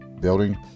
Building